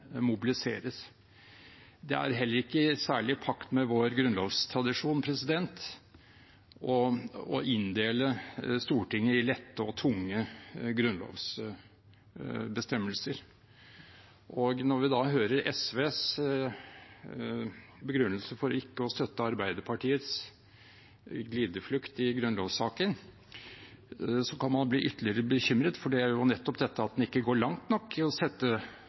mobiliseres. Det er heller ikke særlig i pakt med vår grunnlovstradisjon å inndele Stortinget i lette og tunge grunnlovsbestemmelser. Når vi da hører SVs begrunnelse for ikke å støtte Arbeiderpartiets glideflukt i grunnlovssaken, kan man bli ytterligere bekymret, for den er jo nettopp at man ikke går langt nok i å sette